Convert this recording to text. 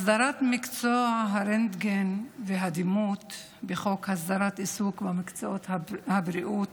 הסדרת מקצוע הרנטגן והדימות בחוק הסדרת העיסוק במקצועות הבריאות,